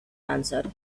answered